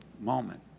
moment